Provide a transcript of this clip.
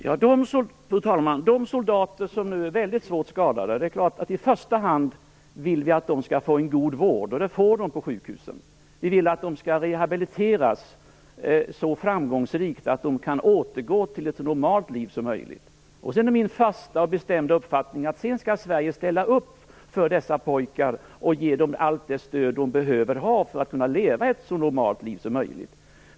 Fru talman! Det klart att vi i första hand vill att de soldater som nu är väldigt svårt skadade skall få en god vård. Det får de på sjukhusen. Vi vill att de skall rehabiliteras så framgångsrikt att de kan återgå till ett så normalt liv som möjligt. Det är min fasta och bestämda uppfattning att Sverige sedan skall ställa upp för dessa pojkar och ge dem allt det stöd de behöver ha för att kunna leva ett så normalt liv som möjligt.